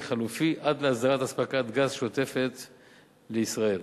חלופי עד להסדרת אספקה שוטפת של גז טבעי לישראל.